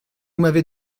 m’avez